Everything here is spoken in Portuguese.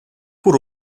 por